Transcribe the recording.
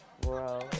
bro